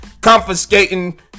confiscating